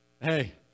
Hey